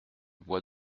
bois